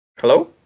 hello